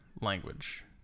language